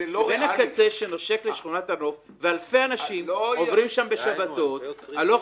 לבין הקצה שנושק לשכונת הר נוף ואלפי אנשים עוברים שם בשבתות הלוך